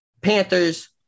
Panthers